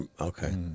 Okay